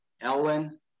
Ellen